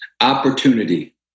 Opportunity